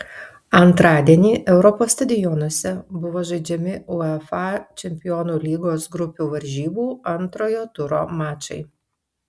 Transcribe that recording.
antradienį europos stadionuose buvo žaidžiami uefa čempionų lygos grupių varžybų antrojo turo mačai